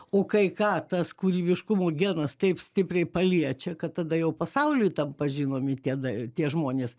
o kai ką tas kūrybiškumo genas taip stipriai paliečia kad tada jau pasauliui tampa žinomi tie da tie žmonės